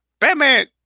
Batman